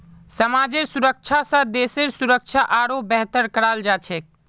समाजेर सुरक्षा स देशेर सुरक्षा आरोह बेहतर कराल जा छेक